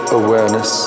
awareness